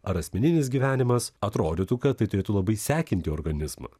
ar asmeninis gyvenimas atrodytų kad tai turėtų labai sekinti organizmą